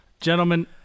gentlemen